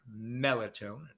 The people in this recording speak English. Melatonin